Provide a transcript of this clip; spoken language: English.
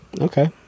okay